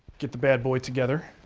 get the bad boy together.